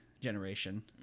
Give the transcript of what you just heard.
generation